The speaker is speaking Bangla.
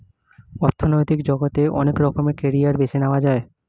অর্থনৈতিক জগতে অনেক রকমের ক্যারিয়ার বেছে নেয়া যায়